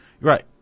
Right